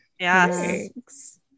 Yes